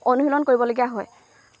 অনুশীলন কৰিবলগীয়া হয়